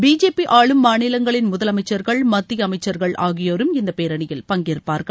BJP ஆளும் மாநிலங்களின் முதலமைச்சர்கள் மத்திய அமைச்சர்கள் ஆகியோரும் இந்தப்பேரணியில் பங்கேற்பார்கள்